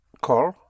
Call